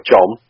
John